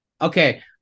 Okay